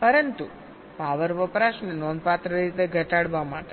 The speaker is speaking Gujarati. પરંતુ પાવર વપરાશને નોંધપાત્ર રીતે ઘટાડવા માટે